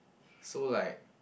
so like